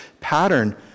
pattern